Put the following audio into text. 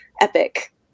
epic